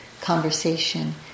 conversation